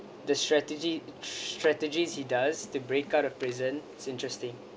the strategy strategies he does to break out of prison is interesting